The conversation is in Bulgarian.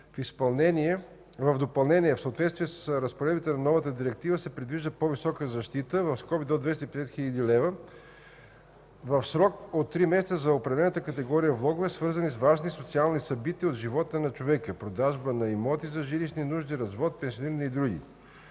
В допълнение, в съответствие с разпоредбите на новата Директива се предвижда по-висока защита – до 250 хил. лв., в срок от 3 месеца за определена категория влогове, свързани с важни социални събития от живота на човека – продажба на имоти за жилищни нужди, развод, пенсиониране и други.